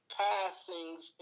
passings